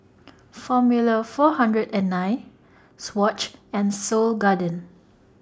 Formula four hundred and nine Swatch and Seoul Garden